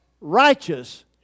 righteous